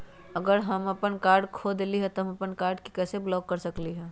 अगर हम अपन कार्ड खो देली ह त हम अपन कार्ड के कैसे ब्लॉक कर सकली ह?